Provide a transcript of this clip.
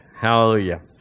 Hallelujah